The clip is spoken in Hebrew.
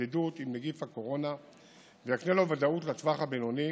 ההתמודדות עם נגיף הקורונה ויקנה לו ודאות לטווח הבינוני,